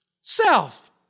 Self